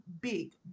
big